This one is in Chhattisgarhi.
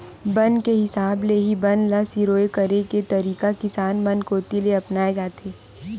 बन के हिसाब ले ही बन ल सिरोय करे के तरीका किसान मन कोती ले अपनाए जाथे